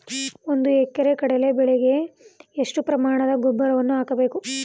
ಒಂದು ಎಕರೆ ಕಡಲೆ ಬೆಳೆಗೆ ಎಷ್ಟು ಪ್ರಮಾಣದ ಗೊಬ್ಬರವನ್ನು ಹಾಕಬೇಕು?